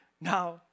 Now